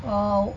orh